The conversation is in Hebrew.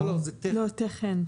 לא, תכן.